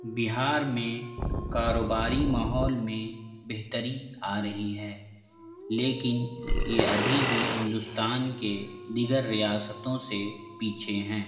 بہار میں کاروباری ماحول میں بہتری آ رہی ہے لیکن یہ ابھی بھی ہندوستان کے دیگر ریاستوں سے پیچھے ہیں